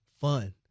fun